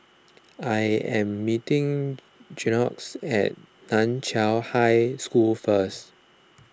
I am meeting Jaxon at Nan Chiau High School first